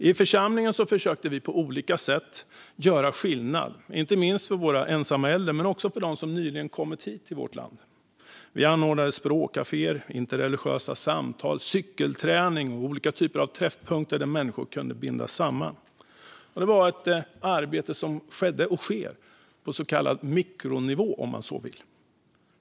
I församlingen försökte vi på olika sätt göra skillnad, inte minst för våra ensamma äldre men också för dem som nyligen kommit hit till vårt land. Vi anordnade språkkaféer, interreligiösa samtal, cykelträning och olika typer av träffpunkter där människor kunde bindas samman. Det var ett arbete som skedde och sker på så kallad mikronivå om man så vill.